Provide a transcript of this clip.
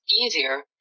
easier